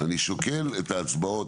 אני שוקל את ההצבעות,